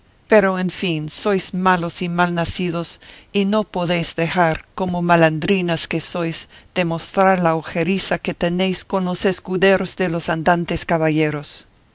pero en fin sois malos y mal nacidos y no podéis dejar como malandrines que sois de mostrar la ojeriza que tenéis con los escuderos de los andantes caballeros